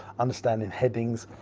understanding headings